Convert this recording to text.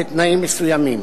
בתנאים מסוימים.